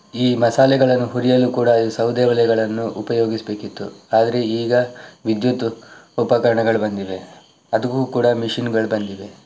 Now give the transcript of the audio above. ಈ ಮಸಾಲೆಗಳನ್ನು ಹುರಿಯಲು ಕೂಡ ಸೌದೆ ಒಲೆಗಳನ್ನು ಉಪಯೋಗಿಸಬೇಕಿತ್ತು ಆದರೆ ಈಗ ವಿದ್ಯುತ್ ಉಪಕರಣಗಳು ಬಂದಿವೆ ಅದಕ್ಕೂ ಕೂಡ ಮೆಷಿನ್ಗಳು ಬಂದಿವೆ